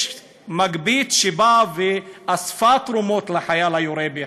מגבית שבאה ואספה תרומות לחייל היורה בחברון,